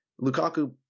Lukaku